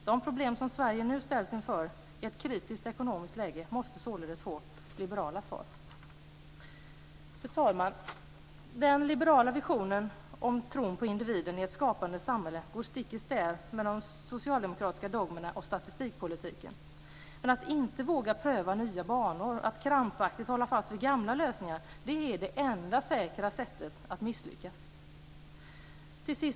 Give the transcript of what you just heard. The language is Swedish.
De problem som Sverige nu ställs inför i ett kritiskt ekonomiskt läge måste således få liberala svar. Fru talman! Den liberala visionen om tron på individen i ett skapande samhälle går stick i stäv med de socialdemokratiska dogmerna och statistikpolitiken. Men att inte våga pröva nya banor, att krampaktigt hålla fast vid gamla lösningar, är det enda säkra sättet att misslyckas.